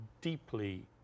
deeply